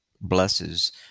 blesses